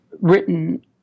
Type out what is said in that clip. written